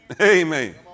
Amen